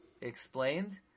explained